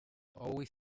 always